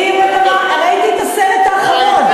אני ראיתי את הסרט האחרון.